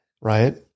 Right